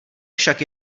však